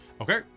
Okay